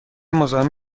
مزاحم